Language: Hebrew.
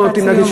כן.